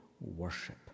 worship